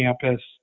campus